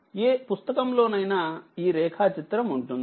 ఏ పుస్తకం లో నైనా ఈ రేఖా చిత్రం ఉంటుంది